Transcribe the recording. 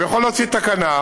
הוא יכול להוציא תקנה,